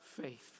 faith